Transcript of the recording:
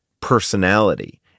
personality